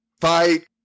fight